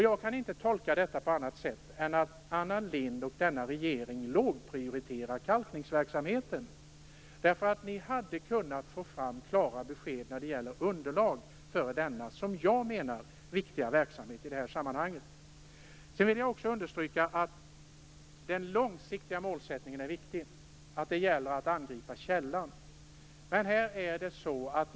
Jag kan inte tolka detta på annat sätt än att Anna Lindh och denna regering inte prioriterar kalkningsverksamheten. Ni hade kunnat få fram klara besked när det gäller underlag för denna som jag menar i det här sammanhanget viktiga verksamhet. Jag vill också understryka att den långsiktiga målsättningen är viktig, att det gäller att angripa källan.